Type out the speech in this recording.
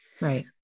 Right